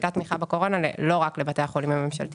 זאת הייתה תמיכה בקורונה לא רק לבתי החולים הממשלתיים.